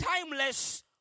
timeless